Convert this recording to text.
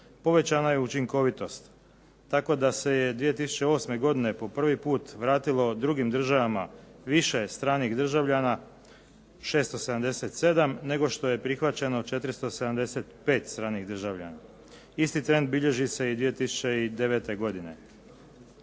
povećana je učinkovitost. Tako da se je 2008. godine po prvi put vratilo drugim državama više stranih državljana, 677, nego što je prihvaćeno, 475 stranih državljana. Isti trend bilježi se i 2009. godine.